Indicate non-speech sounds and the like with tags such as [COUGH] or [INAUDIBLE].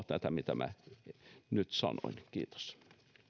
[UNINTELLIGIBLE] tätä mitä nyt sanoin kiitos